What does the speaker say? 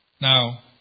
Now